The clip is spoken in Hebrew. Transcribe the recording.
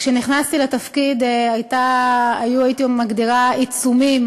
כשנכנסתי לתפקיד היו, הייתי מגדירה, עיצומים